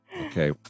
Okay